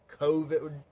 COVID